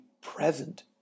present